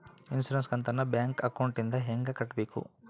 Insurance ಕಂತನ್ನ bank ಅಕೌಂಟಿಂದ ಹೆಂಗ ಕಟ್ಟಬೇಕು?